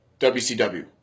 WCW